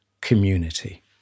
community